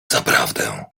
zaprawdę